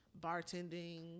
Bartending